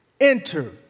enter